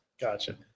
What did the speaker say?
gotcha